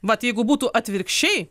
vat jeigu būtų atvirkščiai